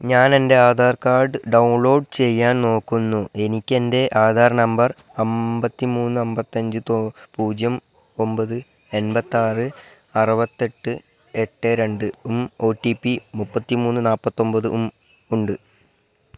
ഞാൻ എൻ്റെ Aadhaar card download ചെയ്യാൻ നോക്കുന്നു എനിക്ക് എൻ്റെ ആധാർ നമ്പർ അൻപത്തി മൂന്ന് അൻപത്തി അഞ്ച് പൂജ്യം ഒമ്പത് എൺപത്തി ആറ് അറുപത്തി എട്ട് എട്ട് രണ്ട് ഉം ഒ ടി പി മുപ്പത്തി മൂന്ന് നാൽപത്തി ഒൻപത് ഉം ഉണ്ട്